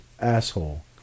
asshole